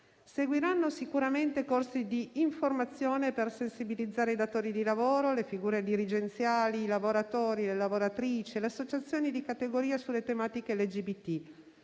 Seguiranno sicuramente corsi di informazione per sensibilizzare i datori di lavoro, le figure dirigenziali, i lavoratori e le lavoratrici e le associazioni di categoria sulle tematiche LGBT,